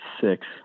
six